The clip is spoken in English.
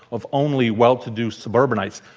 of only well-to-do suburbanites.